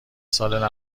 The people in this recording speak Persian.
سال